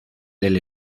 del